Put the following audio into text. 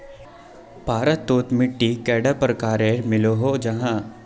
भारत तोत मिट्टी कैडा प्रकारेर मिलोहो जाहा?